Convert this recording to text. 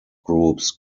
groups